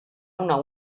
una